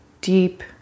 deep